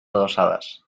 adosadas